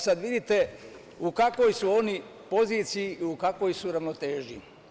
Sad vidite u kakvoj su oni poziciji i u kakvoj su ravnoteži.